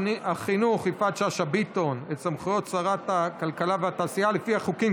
החינוך יפעת שאשא ביטון את סמכויות שרת הכלכלה והתעשייה לפי החוקים,